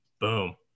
boom